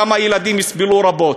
גם הילדים יסבלו רבות.